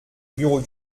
bureau